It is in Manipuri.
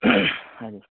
ꯍꯥꯏꯗꯤ